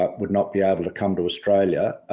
ah would not be able to come to australia.